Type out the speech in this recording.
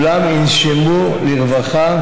כולם ינשמו לרווחה,